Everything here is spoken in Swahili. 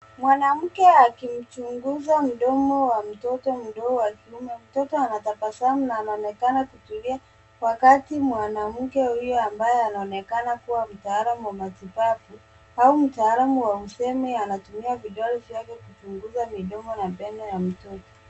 Mwanamke akimchunguza mdomo wa mtoto mdogo wa kiume. Mtoto anatabasamu na anaonekana kutulia wakati mwanamke huyu, ambaye anaonekana kuwa mtaalam wa matibabu au mtaalam wa usemi, anatumia vidole vyake kuchunguza midomo na meno ya mtoto.